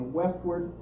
westward